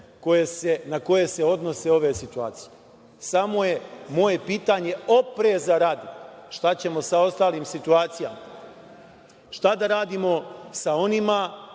na koje se odnose ove situacije. Samo je moje pitanje, opreza radi – šta ćemo sa ostalim situacijama? Šta da radimo sa onima